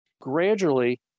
Gradually